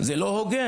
זה לא הוגן.